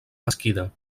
mesquida